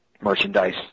merchandise